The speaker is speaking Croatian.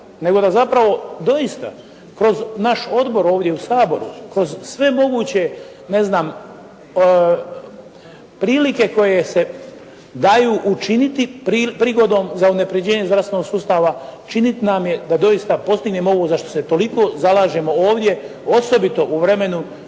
nego da zapravo doista, kroz naš odbor ovdje u Saboru, kroz sve moguće prilike koje se daju učiniti prigodom za unapređenje zdravstvenog sustav. Činit nam je da doista postignemo ovo za što se toliko zalažemo ovdje, osobito u vremenu